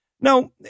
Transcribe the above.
Now